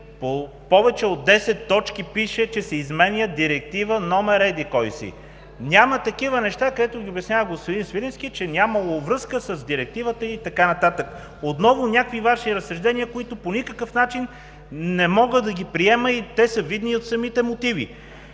по повече от 10 точки пише, че се изменя Директива № еди-кой си. Няма такива неща, където Ви обяснява господин Свиленски, че нямало връзка с Директивата и така нататък. Отново някои Ваши разсъждения, които по никакъв начин не мога да ги приема и те са видни от самите мотиви.